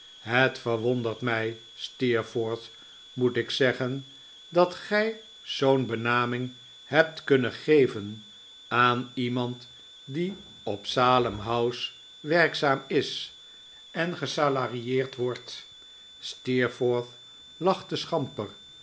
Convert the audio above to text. het verwondert mij steerforth meet ik zeggen dat gij zoo'n benaming hebt kunnen geven aan iemand die op salem house werkzaam is en gesalarieerd wordt steerforth lachte schamper